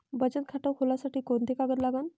बचत खात खोलासाठी कोंते कागद लागन?